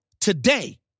today